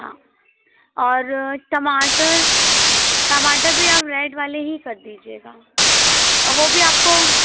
हाँ और टमाटर टमाटर भी आप रेड वाले ही कर दीजिएगा और वह भी आपको